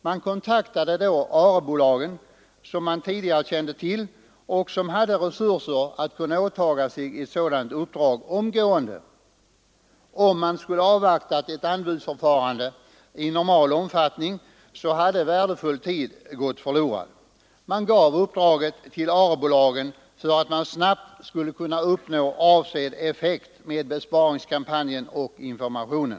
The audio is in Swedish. Man kontaktade då ARE-bolagen, som man tidigare kände till och som hade resurser att kunna åta sig ett sådant uppdrag omgående. Om man skulle ha avvaktat ett anbudsförfarande i normal omfattning hade värdefull tid gått förlorad. Man gav uppdraget till ARE-bolagen för att man snabbt skulle kunna uppnå avsedd effekt med besparingskampanjen och informationen.